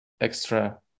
extra